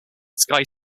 sky